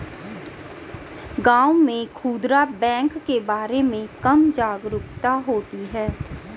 गांव में खूदरा बैंक के बारे में कम जागरूकता होती है